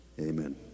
Amen